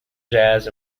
jazz